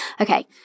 Okay